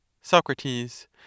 Socrates